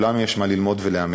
לכולנו יש מה ללמוד ולאמץ.